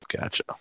Gotcha